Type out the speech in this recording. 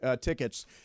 tickets